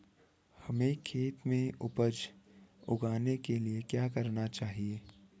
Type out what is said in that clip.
हमें खेत में उपज उगाने के लिये क्या करना होगा?